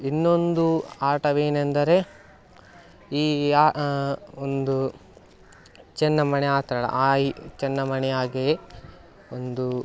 ಇನ್ನೊಂದು ಆಟವೇನೆಂದರೆ ಈ ಒಂದು ಚೆನ್ನೆಮಣೆ ಆ ಥರ ಆ ಈ ಚೆನ್ನೆಮಣೆ ಹಾಗೆಯೇ ಒಂದು